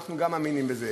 אנחנו גם מאמינים בזה.